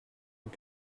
and